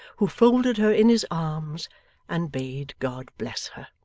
who folded her in his arms and bade god bless her.